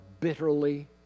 bitterly